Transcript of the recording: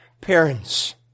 parents